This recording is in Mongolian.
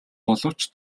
боловч